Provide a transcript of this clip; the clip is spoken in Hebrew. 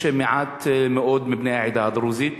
יש מעט מאוד מבני העדה הדרוזית.